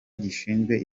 gishinzwe